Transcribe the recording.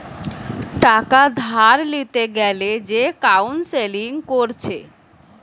টাকা ধার লিতে গ্যালে যে কাউন্সেলিং কোরছে